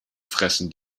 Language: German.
fressen